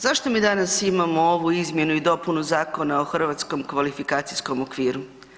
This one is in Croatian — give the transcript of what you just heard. Zašto mi danas imamo ovu izmjenu i dopunu Zakona o Hrvatskom kvalifikacijskom okviru?